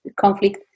conflict